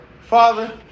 Father